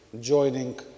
joining